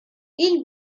ils